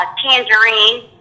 tangerine